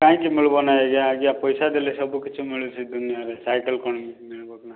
କାଇଁକି ମିଳିବ ନାଇଁ ଆଜ୍ଞା ଆଜ୍ଞା ପଇସା ଦେଲେ ସବୁ କିଛି ମିଳୁଛି ଦୁନିଆରେ ସାଇକେଲ କ'ଣ ମିଳିବ ନାଇଁ